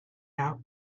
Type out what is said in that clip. out